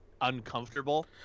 uncomfortable